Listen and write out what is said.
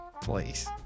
Please